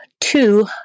two